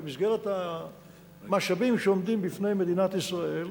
במסגרת המשאבים שעומדים בפני מדינת ישראל,